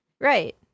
Right